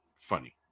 funny